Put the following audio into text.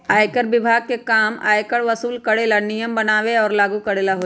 आयकर विभाग के काम आयकर वसूल करे ला नियम बनावे और लागू करेला हई